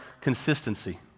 consistency